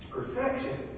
Perfection